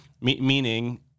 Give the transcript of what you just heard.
meaning